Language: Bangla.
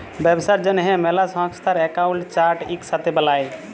ব্যবসার জ্যনহে ম্যালা সংস্থার একাউল্ট চার্ট ইকসাথে বালায়